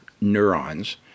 neurons